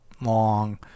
long